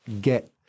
get